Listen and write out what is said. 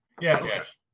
Yes